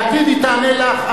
בעתיד היא תענה לך,